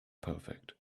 perfect